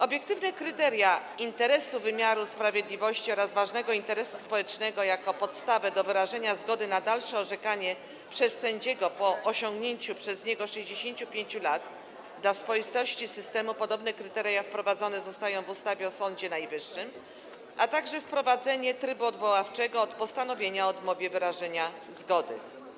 Obiektywne kryteria „interesu wymiaru sprawiedliwości” oraz „ważnego interesu społecznego” jako podstawę do wyrażenia zgody na dalsze orzekanie przez sędziego po osiągnięciu przez niego wieku 65 lat - dla spoistości systemu podobne kryteria wprowadzone zostają w ustawie o Sądzie Najwyższym - a także wprowadzenie trybu odwoławczego od postanowienia o odmowie wyrażenia zgody.